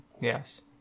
Yes